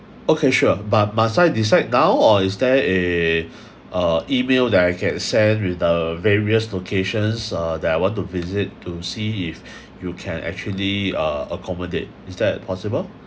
okay sure but must I decide now or is there a uh email that I can send with the various locations uh that I want to visit to see if you can actually uh accommodate is that possible